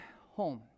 home